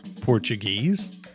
Portuguese